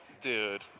Dude